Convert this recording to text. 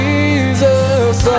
Jesus